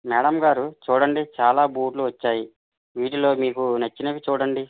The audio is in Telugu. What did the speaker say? మేడం గారు చూడండి చాలా బూట్లు వచ్చాయి వీటిలో మీకు నచ్చినవి చూడండి